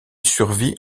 survit